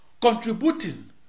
contributing